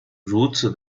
如此